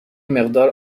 مقدار